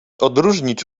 odróżnić